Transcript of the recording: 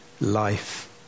life